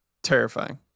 Terrifying